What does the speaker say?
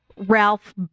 Ralph